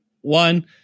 One